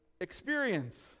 experience